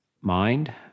mind